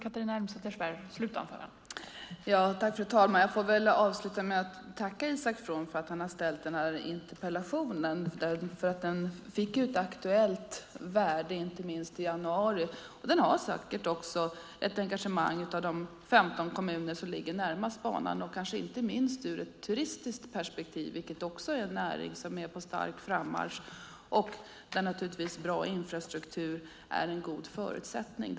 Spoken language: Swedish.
Fru talman! Jag får avsluta med att tacka Isak From för att han har ställt den här interpellationen. Inlandsbanan fick ju ett aktuellt värde inte minst i januari. Det finns säkert också ett engagemang i de 15 kommuner som ligger närmast banan, kanske inte minst ur ett turistiskt perspektiv, vilket också är en näring som är på stark frammarsch och där naturligtvis bra infrastruktur är en förutsättning.